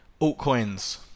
Altcoins